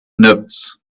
notes